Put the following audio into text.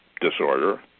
disorder